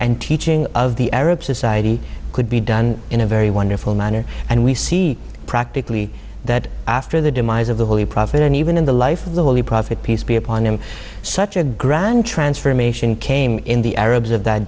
and teaching of the arab society could be done in a very wonderful manner and we see practically that after the demise of the holy prophet and even in the life of the holy prophet peace be upon him such a grand transformation came in the arabs of that